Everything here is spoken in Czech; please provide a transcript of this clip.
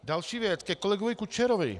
Další věc ke kolegovi Kučerovi.